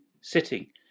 sitting